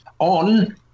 on